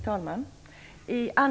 Herr talman!